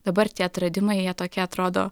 dabar tie atradimai jie tokie atrodo